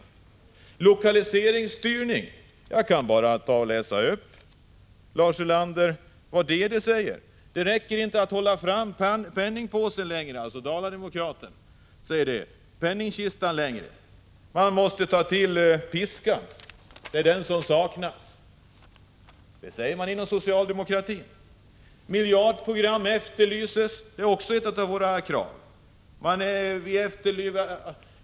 Vad gäller lokaliseringsstyrning kan jag bara läsa upp vad som skrivs i Dala-Demokraten: Det räcker inte att hålla fram penningpåsen längre, man måste ta till piskan. Det är den som saknas. Det säger man inom socialdemokratin. Miljardprogram efterlyses. Det är också ett av våra krav.